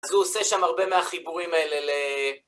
אז הוא עושה שם הרבה מהחיבורים האלה ל...